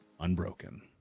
Unbroken